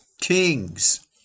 Kings